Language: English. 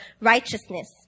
righteousness